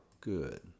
good